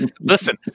listen